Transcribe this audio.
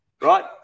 right